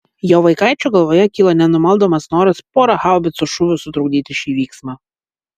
jo vaikaičio galvoje kilo nenumaldomas noras pora haubicų šūvių sutrukdyti šį vyksmą